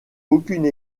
aucune